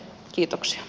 kiitoksia